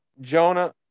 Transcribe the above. Jonah